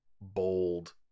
bold